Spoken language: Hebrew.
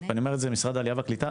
ואני אומר את זה למשרד העלייה והקליטה,